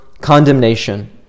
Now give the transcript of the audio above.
condemnation